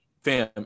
fam